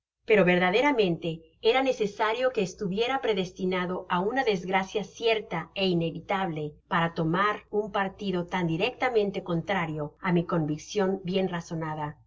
pero verdaderamente era necesario que estuviera predestinado á dha desgracia cierta é inevitable para tomar un partido tan directamente contrario á mi conviccion bien razonada